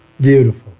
Beautiful